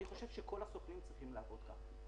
אני חושב שכל הסוכנים צריכים לעבוד כך.